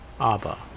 Abba